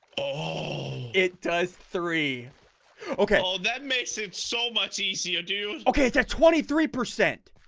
oh it does three okay? well that makes it so much easier dude. okay? it's a twenty three percent